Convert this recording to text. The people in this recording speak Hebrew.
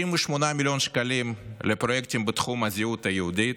98 מיליון שקלים לפרויקטים בתחום הזהות היהודית,